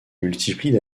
multiplient